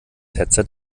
headset